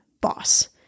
boss